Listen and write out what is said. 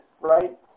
right